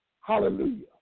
Hallelujah